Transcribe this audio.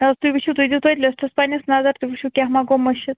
نَہ حظ تُہۍ وُچھو تُہۍ دِیُو توتہِ لِسٹَس پَننِس نظر تُہۍ وُچھو کیٚنٛہہ ما گوٚو مُشِتھ